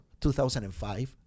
2005